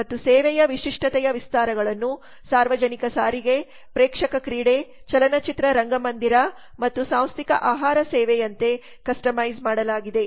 ಮತ್ತು ಸೇವೆಯ ವಿಶಿಷ್ಟತೆಯ ವಿಸ್ತಾರಗಳನ್ನು ಸಾರ್ವಜನಿಕ ಸಾರಿಗೆ ಪ್ರೇಕ್ಷಕ ಕ್ರೀಡೆ ಚಲನಚಿತ್ರ ರಂಗಮಂದಿರ ಮತ್ತು ಸಾಂಸ್ಥಿಕ ಆಹಾರ ಸೇವೆಯಂತೆ ಕಸ್ಟಮೈಸ್ ಮಾಡಲಾಗಿದೆ